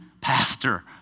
pastor